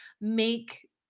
make